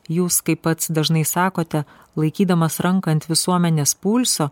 jūs kaip pats dažnai sakote laikydamas ranką ant visuomenės pulso